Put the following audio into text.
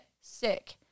sick